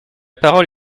parole